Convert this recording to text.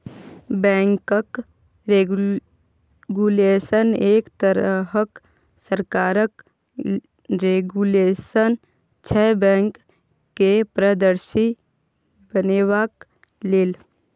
बैंकक रेगुलेशन एक तरहक सरकारक रेगुलेशन छै बैंक केँ पारदर्शी बनेबाक लेल